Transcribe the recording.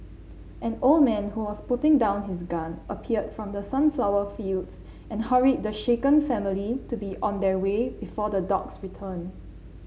an old man who was putting down his gun appeared from the sunflower fields and hurried the shaken family to be on their way before the dogs return